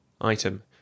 Item